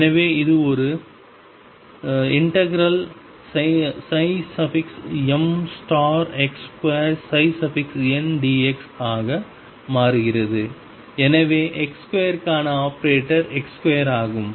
எனவே இது ∫mx2ndx ஆக மாறுகிறது எனவே x2 க்கான ஆபரேட்டர் x2 ஆகும்